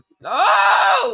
no